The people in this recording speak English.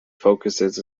focuses